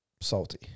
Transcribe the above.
salty